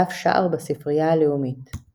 דף שער בספרייה הלאומית ==